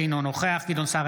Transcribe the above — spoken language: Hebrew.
אינו נוכח גדעון סער,